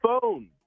phone